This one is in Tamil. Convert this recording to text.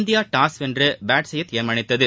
இந்தியா டாஸ் வென்று பேட் செய்ய தீர்மானித்தது